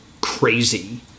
crazy